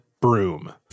broom